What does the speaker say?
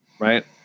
right